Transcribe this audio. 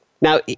Now